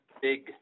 big